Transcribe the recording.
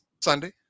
Sunday